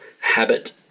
habit